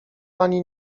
pani